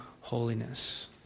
holiness